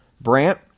Brant